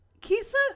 Kisa